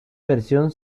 versión